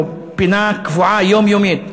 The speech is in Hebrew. או פינה קבועה יומיומית,